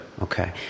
Okay